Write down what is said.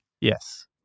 Yes